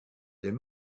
there